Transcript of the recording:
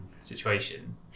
situation